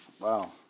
wow